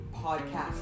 podcast